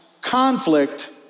conflict